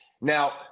Now